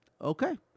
okay